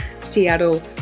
Seattle